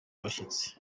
abashyitsi